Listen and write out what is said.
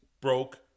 broke